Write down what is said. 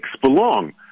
belong